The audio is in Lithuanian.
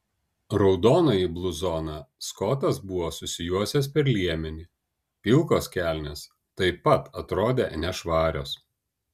raudonąjį bluzoną skotas buvo susijuosęs per liemenį pilkos kelnės taip pat atrodė nešvarios